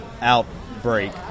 Outbreak